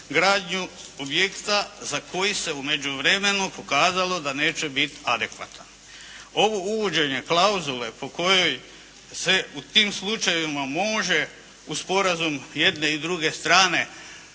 gradnju objekta za koji se u međuvremenu pokazalo da neće biti adekvatan. Ovo uvođenje klauzule po kojoj se u tim slučajevima može u sporazum jedne i druge strane